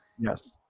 Yes